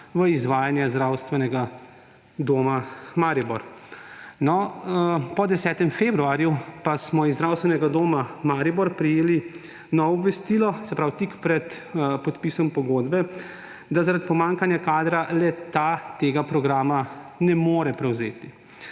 v izvajanje Zdravstvenega doma Maribor. No, po 10. februarju pa smo iz Zdravstvenega doma Maribor prejeli novo obvestilo, se pravi tik pred podpisom pogodbe, da zaradi pomanjkanja kadra le-tega programa ne more prevzeti.